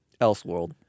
Elseworld